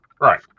right